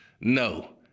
No